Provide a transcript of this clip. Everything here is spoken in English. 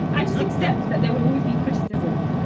i just accept that there will always be criticism.